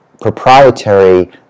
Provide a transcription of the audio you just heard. proprietary